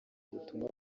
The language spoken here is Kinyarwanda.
butumwa